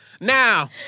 Now